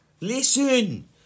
Listen